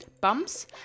Bumps